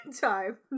time